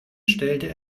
stellte